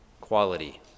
quality